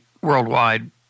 worldwide